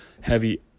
heavy